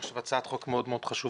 אני חושב שזו הצעת חוק מאוד מאוד חשובה,